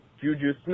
juju